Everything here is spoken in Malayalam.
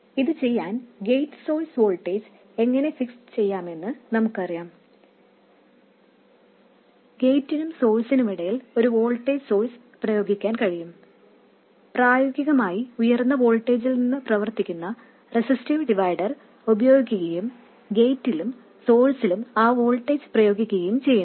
ഇതു ചെയ്യാൻ ഗേറ്റ് സോഴ്സ് വോൾട്ടേജ് എങ്ങനെ ഫിക്സ് ചെയ്യാമെന്ന് നമുക്കറിയാം ഗേറ്റിനും സോഴ്സിനുമിടയിൽ ഒരു വോൾട്ടേജ് സോഴ്സ് പ്രയോഗിക്കാൻ കഴിയും പ്രായോഗികമായി ഉയർന്ന വോൾട്ടേജിൽ നിന്ന് പ്രവർത്തിക്കുന്ന റെസിസ്റ്റീവ് ഡിവൈഡർ ഉപയോഗിക്കുകയും ഗേറ്റിലും സോഴ്സിലും ആ വോൾട്ടേജ് പ്രയോഗിക്കുകയും ചെയ്യുന്നു